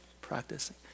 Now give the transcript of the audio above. practicing